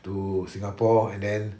to singapore and then